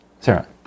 Sarah